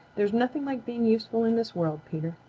there's nothing like being useful in this world, peter.